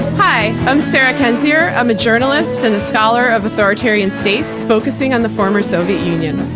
hi. i'm sarah kendzior. i'm a journalist and a scholar of authoritarian states, focusing on the former soviet union.